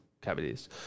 cavities